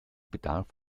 bedarf